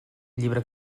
llibre